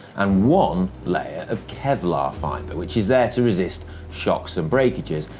and one layer of kevlar fiber, which is there to resist shocks and breakages,